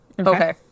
Okay